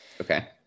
Okay